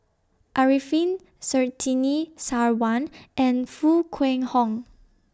Arifin Surtini Sarwan and Foo Kwee Horng